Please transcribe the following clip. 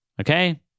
Okay